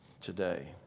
today